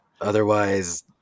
otherwise